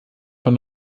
von